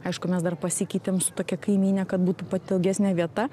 aišku mes dar pasikeitėm su tokia kaimyne kad būtų patogesnė vieta